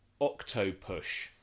Octopush